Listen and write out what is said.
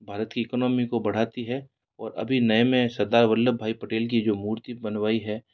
भारत की इकोनॉमी को बढ़ाती है और अभी नए में सरदार वल्लभ भाई पटेल की जो मूर्ति बनवाई है